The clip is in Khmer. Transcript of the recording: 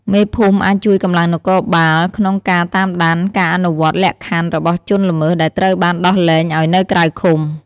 មេភូមិអាចជួយកម្លាំងនគរបាលក្នុងការតាមដានការអនុវត្តលក្ខខណ្ឌរបស់ជនល្មើសដែលត្រូវបានដោះលែងឲ្យនៅក្រៅឃុំ។